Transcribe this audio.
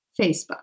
Facebook